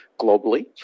globally